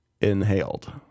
inhaled